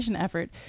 effort